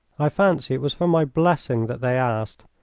i fancy it was for my blessing that they asked,